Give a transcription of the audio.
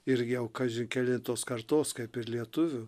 ir jau kaži kelintos kartos kaip ir lietuvių